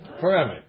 Forever